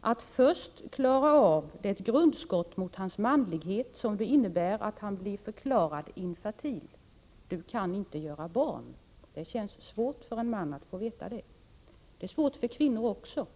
Det gäller först att han skall klara av det grundskott mot hans manlighet som det innebär att han blir förklarad infertil —-att han inte kan göra barn. Det känns svårt för en man att få veta det. Det är svårt för kvinnor också,